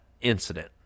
incident